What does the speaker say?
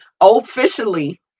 officially